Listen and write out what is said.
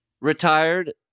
Retired